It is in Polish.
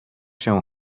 się